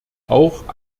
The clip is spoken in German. auch